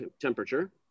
temperature